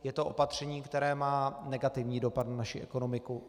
Je to opatření, které má negativní dopad na naši ekonomiku.